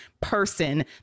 person